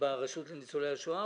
ברשות לזכויות ניצולי השואה,